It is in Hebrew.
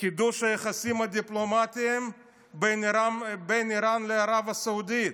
חידוש היחסים הדיפלומטיים בין איראן לערב הסעודית.